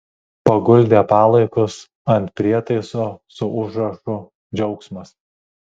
paguldė palaikus ant prietaiso su užrašu džiaugsmas